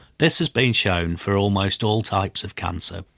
this has been shown for almost all types of cancer.